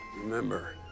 Remember